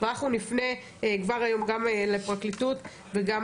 ואנחנו נפנה כבר היום גם לפרקליטות וגם